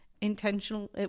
intentional